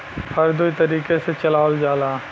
हर दुई तरीके से चलावल जाला